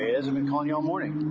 and been calling you all morning.